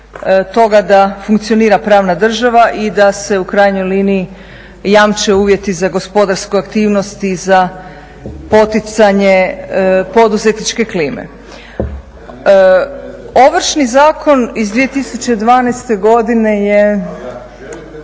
toga da funkcionira pravna država i da se u krajnjoj liniji jamče uvjeti za gospodarsku aktivnost i za poticanje poduzetničke klime. Ovršni zakon iz 2012. godine je